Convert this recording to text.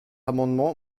amendement